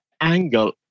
angle